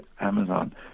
Amazon